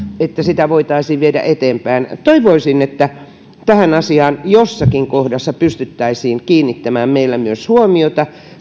että sitä voitaisiin viedä eteenpäin toivoisin että tähän asiaan jossakin kohdassa pystyttäisiin kiinnittämään myös meillä huomiota